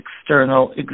external